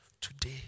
today